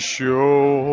Show